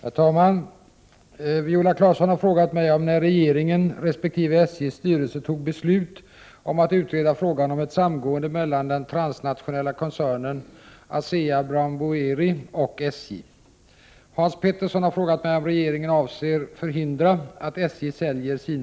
Herr talman! Viola Claesson har frågat mig om när regeringen, resp. SJ:s styrelse, tog beslut om att utreda frågan om ett samgående mellan den transnationella koncernen Asea Brown Boveri och SJ.